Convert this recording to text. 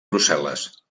brussel·les